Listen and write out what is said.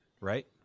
right